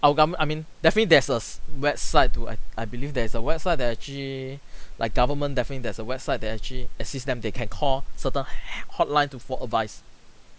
our government I mean definitely there's a s~ website to and I believe there's a website that actually like government definitely there's a website that actually assist them they can call certain h~ hotline to for advice